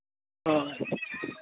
ᱦᱳᱭ